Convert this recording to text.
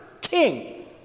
king